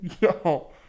Yo